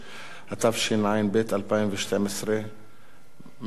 התשע"ב 2012. מי בעד?